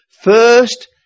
first